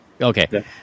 Okay